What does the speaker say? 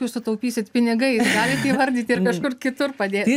jūs sutaupysit pinigais galite įvardyti ir kažkur kitur padėt